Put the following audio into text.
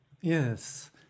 Yes